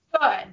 good